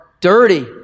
dirty